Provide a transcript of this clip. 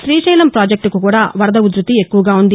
గ్రీశైలం ప్రాజెక్టుకు కూడా వరద ఉధృతి ఎక్కువగా వుంది